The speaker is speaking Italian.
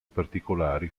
particolari